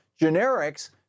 generics